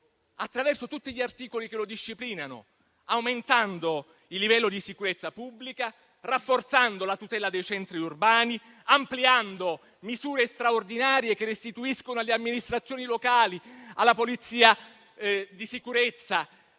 Attraverso tutti gli articoli che lo disciplinano, aumentando il livello di sicurezza pubblica, rafforzando la tutela dei centri urbani, ampliando misure straordinarie che restituiscono alle amministrazioni locali, alla polizia di sicurezza